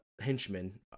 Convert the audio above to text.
henchmen